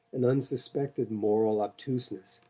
an unsuspected moral obtuseness.